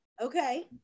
Okay